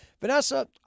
Vanessa